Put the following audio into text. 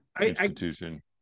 institution